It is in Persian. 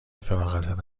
فراغتت